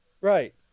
right